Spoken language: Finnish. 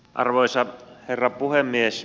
arvoisa herra puhemies